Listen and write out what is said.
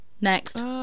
Next